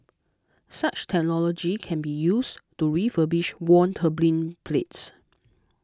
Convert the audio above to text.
such technology can be used to refurbish worn turbine blades